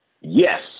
Yes